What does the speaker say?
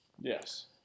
yes